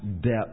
depth